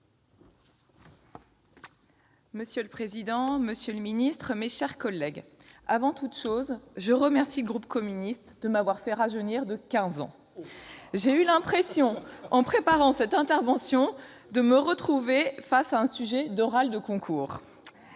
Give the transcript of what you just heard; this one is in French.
Monsieur le président, monsieur le secrétaire d'État, mes chers collègues, avant toute chose, je remercie le groupe CRCE de m'avoir fait rajeunir de quinze ans. En effet, j'ai eu l'impression, en préparant cette intervention, de me retrouver face à un sujet d'oral de concours.